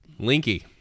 Linky